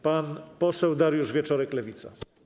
Pan poseł Dariusz Wieczorek, Lewica.